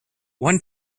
one